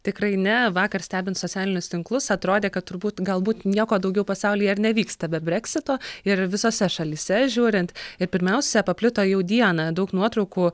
tikrai ne vakar stebint socialinius tinklus atrodė kad turbūt galbūt nieko daugiau pasaulyje ir nevyksta be breksito ir visose šalyse žiūrint ir pirmiausia paplito jau dieną daug nuotraukų